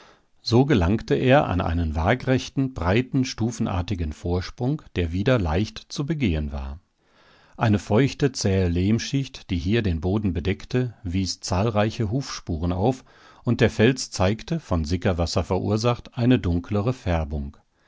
so gelangte er an einen waagrechten breiten stufenartigen vorsprung der wieder leicht zu begehen war eine feuchte zähe lehmschicht die hier den boden bedeckte wies zahlreiche hufspuren auf und der fels zeigte von sickerwasser verursacht eine dunklere färbung